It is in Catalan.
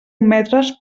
metres